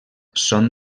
són